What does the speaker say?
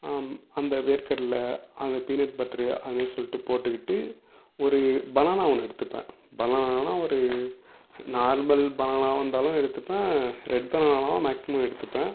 அந்த வேர்க்கடலை அந்த பீனட் பட்டரு அதுமாரி சொல்லிவிட்டு போட்டுக்கிட்டு ஒரு பனானா ஒன்று எடுத்துப்பேன் பனானா ஒரு நார்மல் பனானாவாக இருந்தாலும் எடுத்துப்பேன் ரெட் பனானாவும் மேக்சிமம் எடுத்துப்பேன்